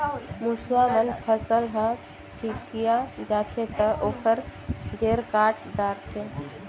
मूसवा मन फसल ह फिकिया जाथे त ओखर जेर काट डारथे